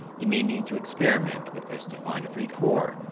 you may need to experiment with this to find a free core.